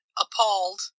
appalled